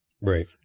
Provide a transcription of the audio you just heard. right